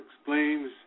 explains